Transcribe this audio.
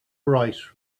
bright